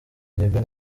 uruguay